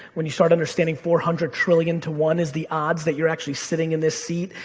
when you start understanding four hundred trillion to one is the odds that you're actually sitting in this seat,